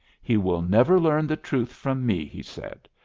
he will never learn the truth from me, he said.